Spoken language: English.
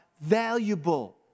valuable